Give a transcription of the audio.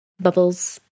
bubbles